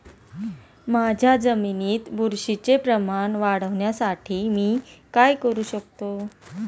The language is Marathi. माझ्या जमिनीत बुरशीचे प्रमाण वाढवण्यासाठी मी काय करू शकतो?